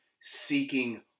seeking